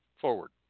forward